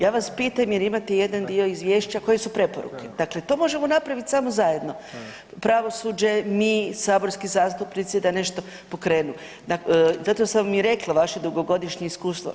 Ja vas pitam jer imate jedan dio izvješća koje su preporuke, dakle to možemo napraviti samo zajedno, pravosuđe, mi saborski zastupnici da nešto pokrenu i zato sam i rekla vaše dugogodišnje iskustvo.